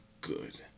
Good